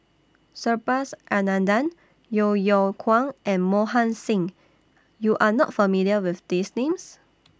Subhas Anandan Yeo Yeow Kwang and Mohan Singh YOU Are not familiar with These Names